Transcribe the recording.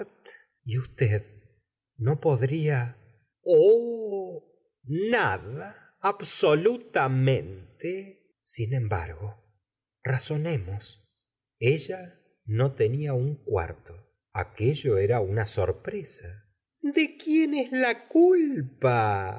y usted no podría oh nada absolutamente sin embargo razonemos ella no tenia un cuarto aquello era una sorpresa de quién es la culpa